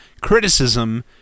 criticism